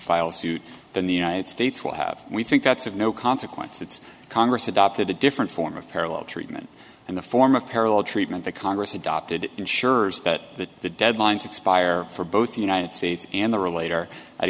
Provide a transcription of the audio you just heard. file suit than the united states will have we think that's of no consequence it's congress adopted a different form of parallel treatment and the form of parallel treatment that congress adopted ensures that the the deadlines expire for both the united states and the relator